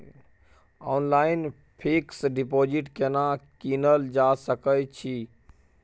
Online fix deposit केना कीनल जा सकै छी?